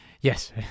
yes